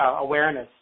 awareness